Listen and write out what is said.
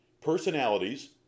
Personalities